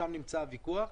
שם נמצא הוויכוח.